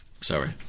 Sorry